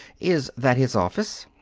is that his office?